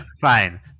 fine